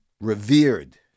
Revered